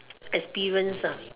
experience ah